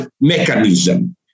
mechanism